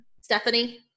Stephanie